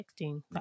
texting